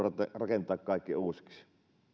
rakentaa kaikki uusiksi